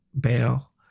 bail